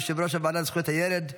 יושב-ראש הוועדה לזכויות הילד,